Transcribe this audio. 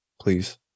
please